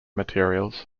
materials